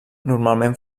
normalment